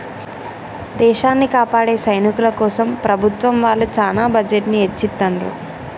దేశాన్ని కాపాడే సైనికుల కోసం ప్రభుత్వం వాళ్ళు చానా బడ్జెట్ ని ఎచ్చిత్తండ్రు